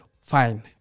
fine